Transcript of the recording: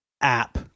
app